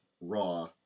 raw